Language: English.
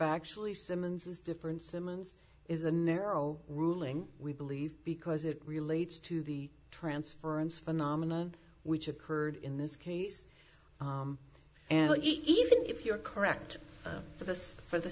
factually simmons is different simmons is a narrow ruling we believe because it relates to the transference phenomena which occurred in this case even if you're correct for this for the